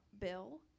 bill